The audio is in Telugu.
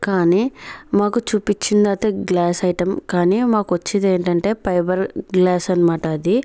కానీ మాకు చూపించిందైతే గ్లాస్ ఐటమ్ కానీ మాకు వచ్చింది ఏంటంటే ఫైబర్ గ్లాస్ అన్నమాట అది